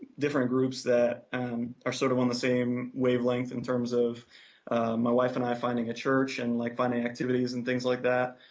different groups that are sort of on the same wavelength in terms of my wife and i finding a church and like finding activities and things like that.